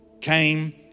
came